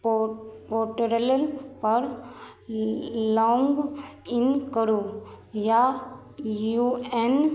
पो पोर्टलपर लॉगिन करू या यू एन